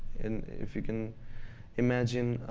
and if you can imagine